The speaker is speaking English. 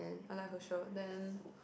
I like her shirt then